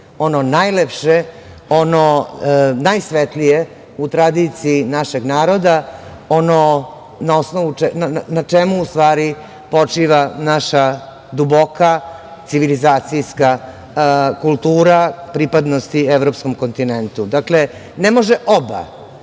ono najlepše, ono najsvetlije u tradiciji našeg naroda, ono na čemu počiva naša duboka civilizacijska kultura pripadanja evropskom kontinentu. Dakle, ne može oba.